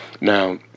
Now